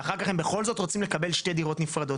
ואחר כך הם בכל זאת רוצים לקבל שתי דירות נפרדות,